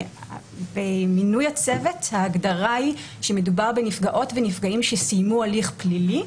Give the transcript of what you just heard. במינוי הצוות ההגדרה היא שמדובר בנפגעות ונפגעים שסיימו הליך פלילי,